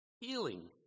Healing